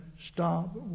stop